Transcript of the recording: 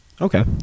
Okay